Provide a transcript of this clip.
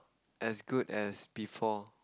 as good as before